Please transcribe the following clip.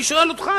אני שואל אותך,